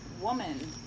woman